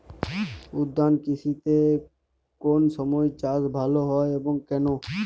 উদ্যান কৃষিতে কোন সময় চাষ ভালো হয় এবং কেনো?